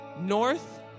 north